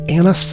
Anna